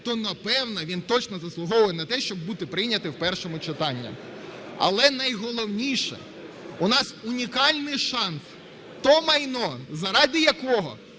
то, напевно, він точно заслуговує на те, щоб бути прийнятим в першому читанні. Але найголовніше, у нас унікальний шанс те майно, заради якого